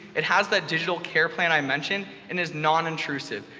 it has that digital care plan i mentioned and is nonintrusive,